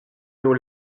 nos